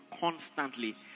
constantly